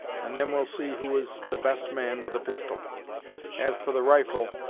and then we'll see who is the best man with a pistol as for the rifle,